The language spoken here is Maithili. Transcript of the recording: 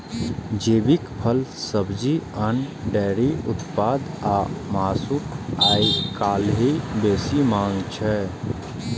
जैविक फल, सब्जी, अन्न, डेयरी उत्पाद आ मासुक आइकाल्हि बेसी मांग छै